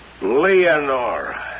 Leonora